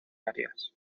arias